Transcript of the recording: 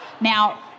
now